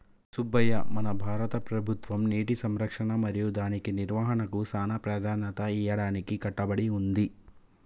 సుబ్బయ్య మన భారత ప్రభుత్వం నీటి సంరక్షణ మరియు దాని నిర్వాహనకు సానా ప్రదాన్యత ఇయ్యడానికి కట్టబడి ఉంది